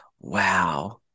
wow